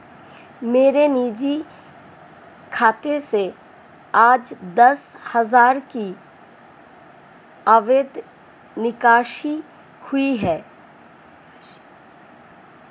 मेरे निजी खाते से आज दस हजार की अवैध निकासी हुई है